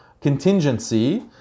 contingency